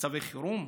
מצבי חירום?